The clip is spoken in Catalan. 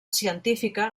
científica